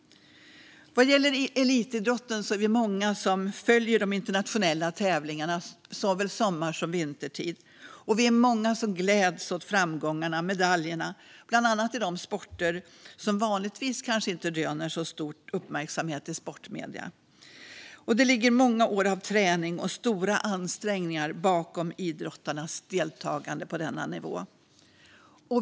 Vad gäller elitidrotten är vi många som följer de internationella tävlingarna såväl sommar som vintertid. Vi är många som gläds åt framgångarna och medaljerna, bland annat i sporter som vanligtvis kanske inte röner samma stora uppmärksamhet i sportmedier. Det ligger många år av träning och stora ansträngningar bakom idrottarnas deltagande på denna nivå.